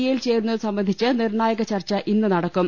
A യിൽ ചേരു ന്നത് സംബന്ധിച്ച് നിർണായക ചർച്ച ഇന്ന് നടക്കും